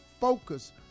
focus